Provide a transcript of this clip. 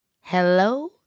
hello